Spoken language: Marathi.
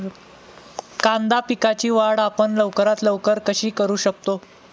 कांदा पिकाची वाढ आपण लवकरात लवकर कशी करू शकतो?